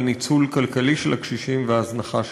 ניצול כלכלי של הקשישים והזנחה שלהם.